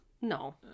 No